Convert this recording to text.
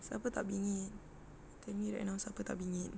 siapa tak bingit tell me right now siapa tak bingit